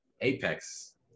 Apex